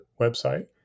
website